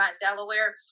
Delaware